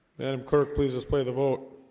and um kirk, please display the vote